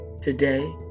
Today